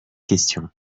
question